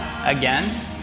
again